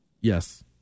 yes